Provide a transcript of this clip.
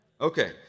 Okay